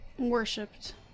Worshipped